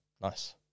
Nice